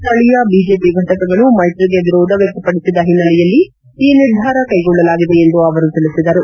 ಸ್ಥಳೀಯ ಬಿಜೆಪಿ ಘಟಕಗಳು ಮೈತ್ರಿಗೆ ವಿರೋಧ ವ್ಯಕ್ತಪಡಿಸಿದ ಹಿನ್ನೆಲೆಯಲ್ಲಿ ಈ ನಿರ್ಧಾರ ಕ್ಲೆಗೊಳ್ಳಲಾಗಿದೆ ಎಂದು ಅವರು ತಿಳಿಸಿದರು